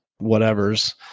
whatevers